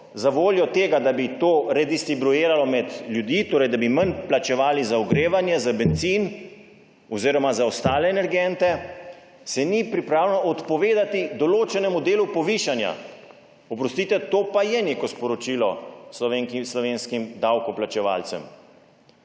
zavoljo tega, da bi to redistribuiralo med ljudi, torej da bi manj plačevali za ogrevanje, za bencin oziroma za ostale energente, ni pripravljeno odpovedati določenemu delu povišanja, oprostite, to pa je neko sporočilo slovenskim davkoplačevalcem.